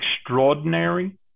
extraordinary